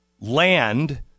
land